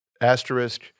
asterisk